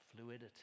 fluidity